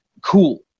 Cool